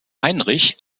heinrich